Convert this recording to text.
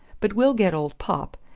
but we'll get old popp,